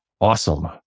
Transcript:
awesome